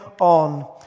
on